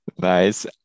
nice